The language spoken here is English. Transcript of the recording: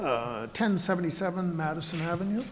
ten seventy seven madison avenue